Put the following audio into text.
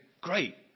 great